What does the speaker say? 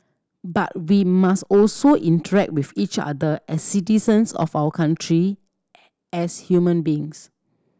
but we must also interact with each other as citizens of our country as human beings